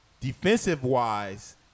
defensive-wise